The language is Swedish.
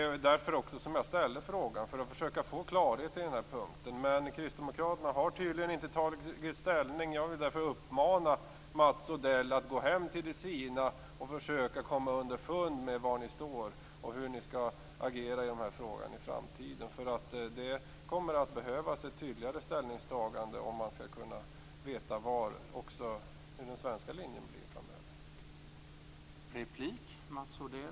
Jag ställde frågan för att få klarhet på den punkten. Men Kristdemokraterna har tydligen inte tagit ställning. Jag vill uppmana Mats Odell att gå hem till de sina och försöka komma underfund med var ni står och hur ni skall agera i frågan i framtiden. Det kommer att behövas ett tydligare ställningstagande för att veta hur den svenska linjen skall bli framöver.